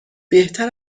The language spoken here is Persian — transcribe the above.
بهتر